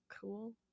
cool